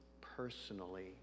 personally